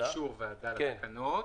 אישור ועדה לתקנות.